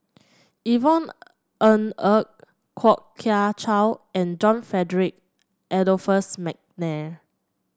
Yvonne Ng Uhde Kwok Kian Chow and John Frederick Adolphus McNair